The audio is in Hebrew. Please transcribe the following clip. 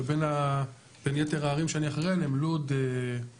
ובין היתר הערים שאני אחראי עליהם לוד נמצאת.